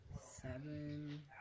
Seven